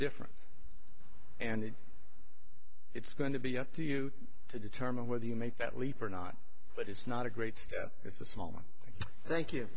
different and it's going to be up to you to determine whether you make that leap or not but it's not a great step it's a small thank you